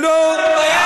תגיד לי, אתה לא מתבייש?